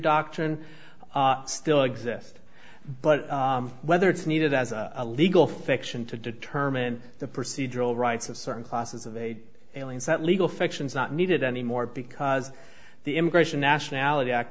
doctrine still exist but whether it's needed as a legal fiction to determine the procedural rights of certain classes of a aliens that legal fiction is not needed anymore because the immigration nationality act